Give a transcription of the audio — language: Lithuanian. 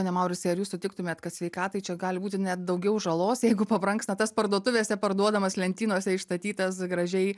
pone mauricai ar jūs sutiktumėt kad sveikatai čia gali būti net daugiau žalos jeigu pabrangsta tas parduotuvėse parduodamas lentynose išstatytas gražiai